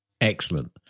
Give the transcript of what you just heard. Excellent